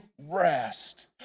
rest